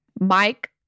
Mike